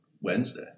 Wednesday